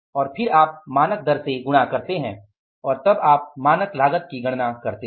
और फिर आप मानक दर से गुणा करते हैं और तब आप मानक लागत की गणना करते हैं